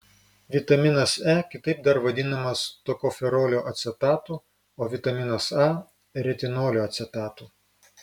vitaminas e kitaip dar vadinamas tokoferolio acetatu o vitaminas a retinolio acetatu